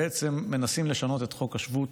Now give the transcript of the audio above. בעצם מנסים לשנות את חוק השבות,